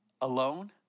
alone